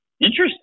interesting